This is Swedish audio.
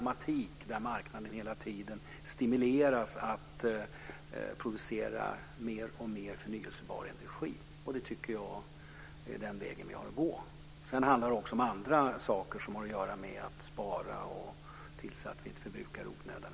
Marknaden stimuleras hela tiden med automatik att producera mer och mer förnybar energi, och det tycker jag är den väg vi ska gå. Det handlar också om andra saker, t.ex. om att spara och om att tillse att vi inte förbrukar el i onödan.